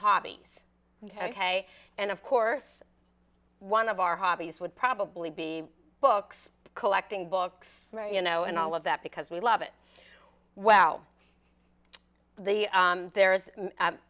hobbies and of course one of our hobbies would probably be books collecting books you know and all of that because we love it well the there is